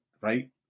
Right